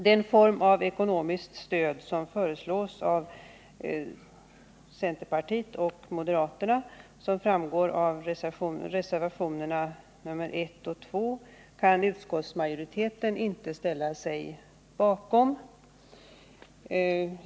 Den form av ekonomiskt stöd som föreslås av centerpartiet och moderata samlingspartiet i reservationerna 1 och 2 i socialutskottets betänkande nr 44 kan utskottsmajoriteten inte ställa sig bakom.